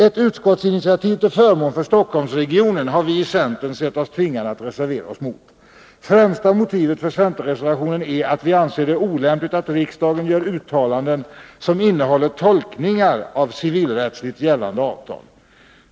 Ett utskottsinitiativ till förmån för Stockholmsregionen har vi i centern sett oss tvingade att reservera oss mot. Främsta motivet för centerreservationen är att vi anser det olämpligt att riksdagen gör uttalanden som innehåller tolkningar av civilrättsligt gällande avtal.